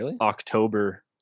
October